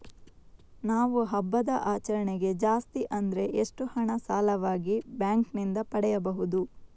ನಾವು ಹಬ್ಬದ ಆಚರಣೆಗೆ ಜಾಸ್ತಿ ಅಂದ್ರೆ ಎಷ್ಟು ಹಣ ಸಾಲವಾಗಿ ಬ್ಯಾಂಕ್ ನಿಂದ ಪಡೆಯಬಹುದು?